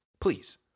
Please